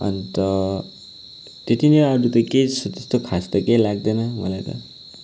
अन्त त्यति नै अरू त केही त्यस्तो खास त केही लाग्दैन मलाई त